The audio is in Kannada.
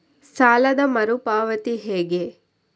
ಸಾಲದ ಮರು ಪಾವತಿ ಹೇಗೆ?